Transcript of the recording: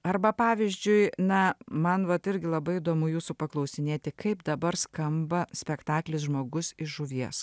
arba pavyzdžiui na man vat irgi labai įdomu jūsų paklausinėti kaip dabar skamba spektaklis žmogus iš žuvies